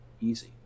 easy